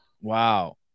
Wow